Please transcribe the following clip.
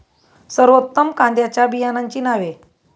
सर्वोत्तम कांद्यांच्या बियाण्यांची नावे?